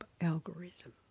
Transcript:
algorithm